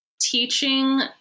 Teaching